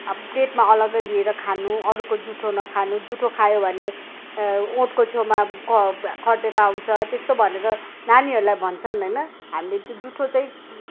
अब प्लेटमा अलग्गै लिएर खानु अरूको जुठो नखानु जुठो खायो भने ओँठको छेउमा खटेरा आउँछ त्यस्तो भनेर नानीहरलाई भन्छन् होइन हामीले त्यो जुठो चाहिँ